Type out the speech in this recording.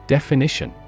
Definition